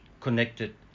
connected